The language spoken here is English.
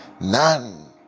None